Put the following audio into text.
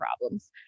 problems